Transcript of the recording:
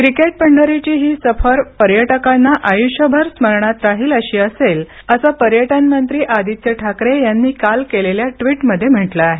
cricket पंढरीची ही सफर पर्यटकांना आयुष्यभर स्मरणात राहील अशी असेल असं पर्यटनमंत्री आदित्य ठाकरे यांनी काल केलेल्या ट्वीट मध्ये म्हटलं आहे